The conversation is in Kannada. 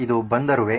ಇದು ಬಂದರುವೇ